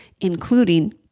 including